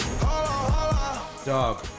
dog